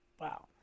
Wow